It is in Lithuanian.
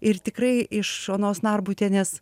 ir tikrai iš onos narbutienės